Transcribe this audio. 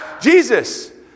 Jesus